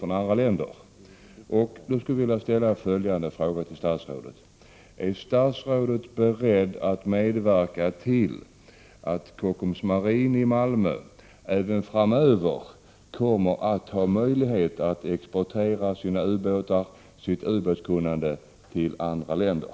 Jag skulle vilja ställa följande fråga till statsrådet: Är statsrådet beredd att medverka till att Kockums Marin i Malmö även framöver kommer att ha möjlighet att exportera sina ubåtar och sitt ubåtskunnande till andra länder?